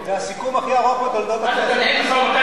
זה הסיכום הכי ארוך בתולדות הכנסת.